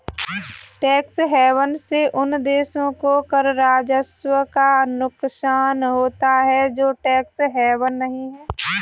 tax haven से उन देशों को कर राजस्व का नुकसान होता है जो टैक्स हेवन नहीं हैं